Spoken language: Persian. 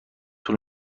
طول